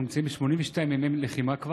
אנחנו נמצאים כבר ב-82 ימי לחימה,